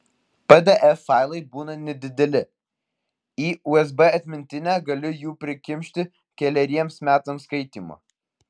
pdf failai būna nedideli į usb atmintinę galiu jų prikimšti keleriems metams skaitymo